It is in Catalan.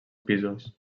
pisos